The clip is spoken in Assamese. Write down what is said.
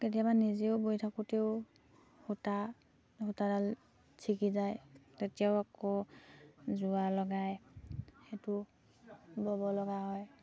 কেতিয়াবা নিজেও বৈ থাকোঁতেও সূতা সূতাডাল চিগি যায় তেতিয়াও আকৌ যোৰা লগাই সেইটো ব'ব লগা হয়